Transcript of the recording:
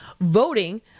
voting